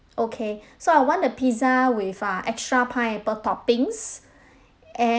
okay so I want a pizza with uh extra pineapple toppings and